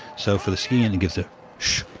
so for the skiing, it gives a sshh,